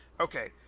Okay